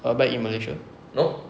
err back in malaysia